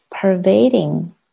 pervading